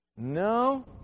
No